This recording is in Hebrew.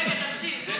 רגע, תמשיך.